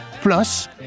Plus